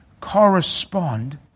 correspond